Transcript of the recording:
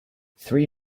three